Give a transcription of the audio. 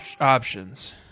options